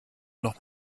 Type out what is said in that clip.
noch